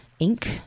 Inc